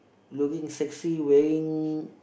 looking sexy wearing